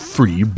Free